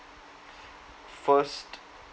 first